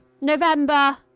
November